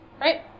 right